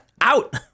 out